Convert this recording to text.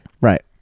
right